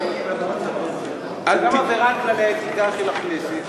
זו גם עבירה על כללי האתיקה של הכנסת.